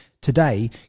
today